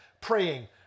praying